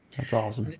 that's awesome.